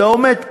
אתה עומד פה,